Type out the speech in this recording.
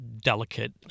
delicate